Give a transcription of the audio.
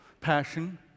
passion